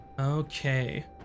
Okay